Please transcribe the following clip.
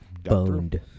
Boned